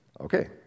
Okay